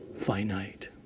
finite